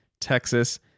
Texas